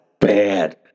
bad